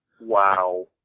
Wow